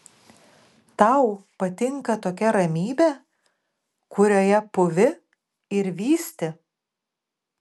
tau patinka tokia ramybė kurioje pūvi ir vysti